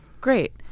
Great